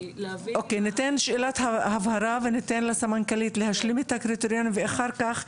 ניתן שאלת הבהרה וניתן לסמנכ"לית להשלים את הקריטריונים ואחר כך,